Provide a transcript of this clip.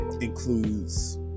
includes